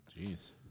Jeez